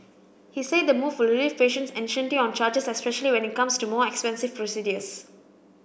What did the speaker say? he said the move will relieve patients and on charges especially when it comes to more expensive procedures